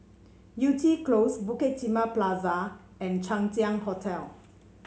Yew Tee Close Bukit Timah Plaza and Chang Ziang Hotel